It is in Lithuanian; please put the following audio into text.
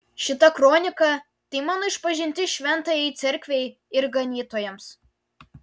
šita kronika tai mano išpažintis šventajai cerkvei ir ganytojams